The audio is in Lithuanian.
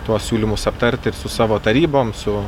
tuos siūlymus aptarti ir su savo tarybom su